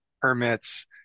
permits